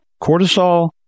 cortisol